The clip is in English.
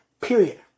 Period